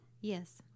Yes